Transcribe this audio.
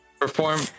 perform